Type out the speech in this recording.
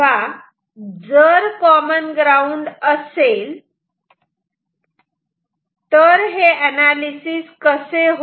तेव्हा जर common ground असेल तर हे एनालिसिस कसे होईल